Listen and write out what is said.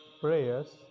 prayers